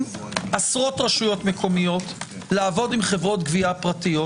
עשרות רשויות מקומיות לעבוד עם חברות גבייה פרטיות.